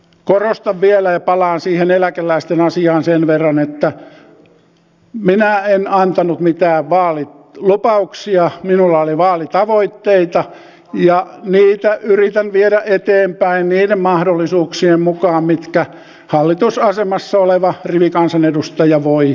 korostan vielä ja palaan siihen eläkeläisten asiaan sen verran että minä en antanut mitään vaalilupauksia minulla oli vaalitavoitteita ja niitä yritän viedä eteenpäin niiden mahdollisuuksien mukaan kuin hallitusasemassa oleva rivikansanedustaja voi tehdä